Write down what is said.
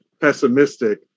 pessimistic